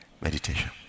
Meditation